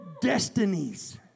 destinies